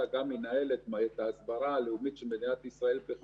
הם גורמים משמעותיים מאוד בחיים במדינות שונות